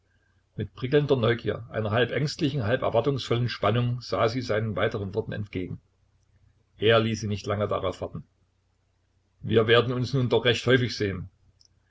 mit prickelnder neugier einer halb ängstlichen halb erwartungsvollen spannung sah sie seinen weiteren worten entgegen er ließ sie nicht lange darauf warten wir werden uns nun doch recht häufig sehen